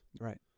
Right